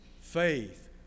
faith